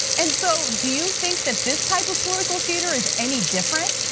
and so, do think that this type of political theater is any different?